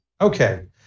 Okay